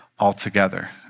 Altogether